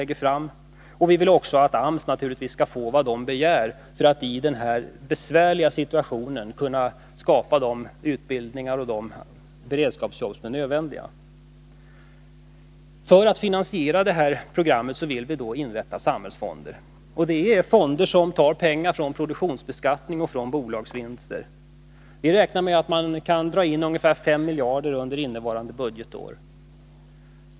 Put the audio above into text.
Vi vill naturligtvis också att AMS skall få vad man begär för att i en besvärlig situation kunna skapa de utbildningar och de beredskapsjobb som är nödvändiga. För att finansiera programmet vill vi inrätta samhällsfonder. Det är fonder som tar pengar från produktionsbeskattning och från bolagsvinster. Vi räknar med att man kan dra in ungefär 5 miljarder under innevarande budgetår.